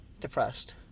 depressed